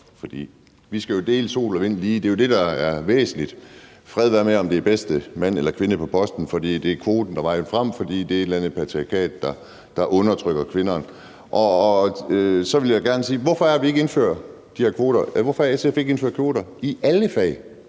for vi skal jo dele sol og vind lige. Det er jo det, der er væsentligt. Fred være med, om det er den bedste mand eller kvinde på posten. For det er kvoten, der er vejen frem, fordi der er et eller andet patriarkat, der undertrykker kvinderne. Så vil jeg gerne spørge: Hvorfor har SF ikke indført kvoter i alle fag?